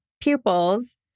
pupils